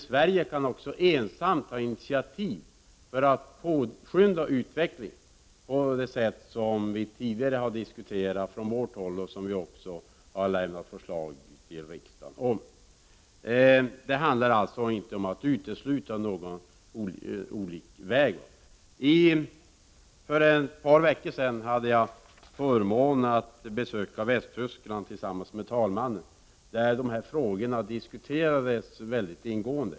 Sverige kan också ensamt ta initiativ för att påskynda utvecklingen på det sätt som vi tidigare har diskuterat och som centerpartiet även lämnat förslag om till riksdagen. Det rör sig alltså inte om att utesluta något sätt att handla. För ett par veckor sedan hade jag förmånen att besöka Västtyskland tillsammans med talmannen. Där diskuterades dessa frågor mycket ingående.